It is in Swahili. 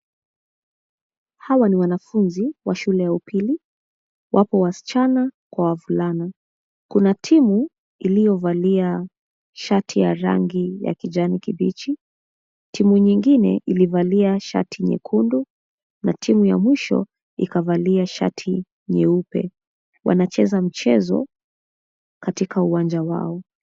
Hawa ni wanafunzi wa shule ya upili. Wapo wasichana kwa wavulana. Kuna timu iliyovalia shati ya rangi ya kijani kibichi, timu nyingine ilivalia shati nyekundu na timu ya mwisho ikavalia shati nyeupe. Wanacheza mchezo katika uwanja wao.